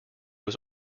was